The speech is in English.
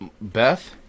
Beth